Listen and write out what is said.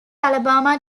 alabama